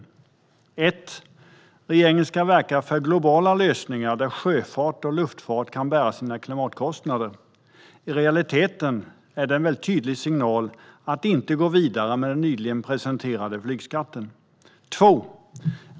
För det första: Regeringen ska verka för globala lösningar, där sjöfart och luftfart kan bära sina klimatkostnader. I realiteten är detta en väldigt tydlig signal att inte gå vidare med den nyligen presenterade flygskatten.